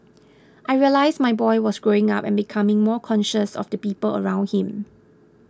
I realised my boy was growing up and becoming more conscious of the people around him